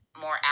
more